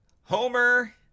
Homer